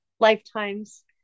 lifetimes